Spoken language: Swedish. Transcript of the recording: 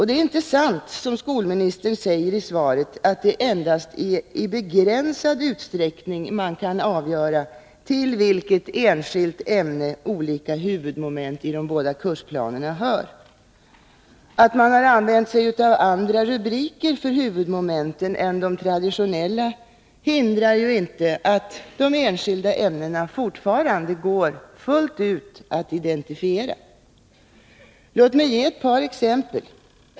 Det är inte sant som skolministern säger i svaret, att det är endast i begränsad utsträckning man kan avgöra till vilket enskilt ämne olika huvudmoment i de både kursplanerna hör. Att man har använt sig av andra rubriker för huvudmomenten än de traditionella hindrar ju inte att de enskilda ämnena fortfarande går fullt ut att identifiera. Låt mig ge ett par exempel.